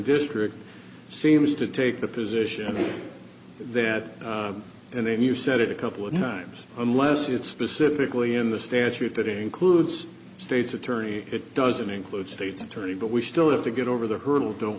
district seems to take the position that and then you said it a couple of times unless it's specifically in the statute that includes state's attorney it doesn't include state's attorney but we still have to get over the hurdle don't